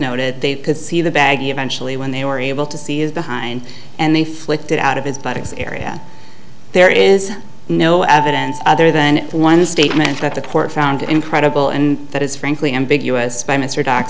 noted they could see the bag eventually when they were able to see is behind and they flicked it out of his buttocks area there is no evidence other than one statement that the court found incredible and that is frankly ambiguous by mr do